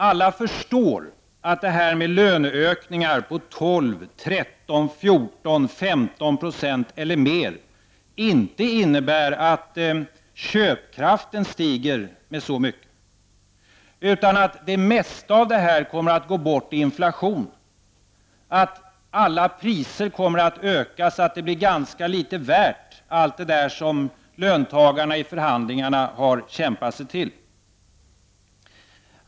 Alla förstår att löneökningar på 12, 13, 14, 15 96 eller mer inte innebär att köpkraften stiger med så mycket, utan att det mesta av detta kommer att gå bort i inflation. Alla priser kommer att öka, så att det blir ganska litet värt, allt det där som löntagarna i förhandlingarna har kämpat sig till.